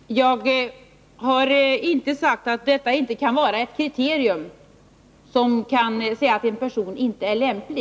Herr talman! Jag har inte uttalat att detta inte kan vara ett kriterium för att en person inte är lämplig.